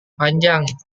panjang